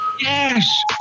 Yes